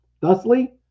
Thusly